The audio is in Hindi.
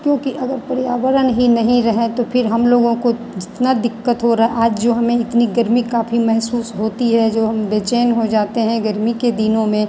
क्योंकि अगर पर्यावरण ही नहीं रहें तो फिर हम लोगों को जितना दिक्कत हो रहा आज जो हमें इतनी गर्मी काफ़ी महसूस होती है जो हम बैचैन हो जाते हैं गर्मी के दिनों में